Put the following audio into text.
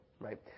right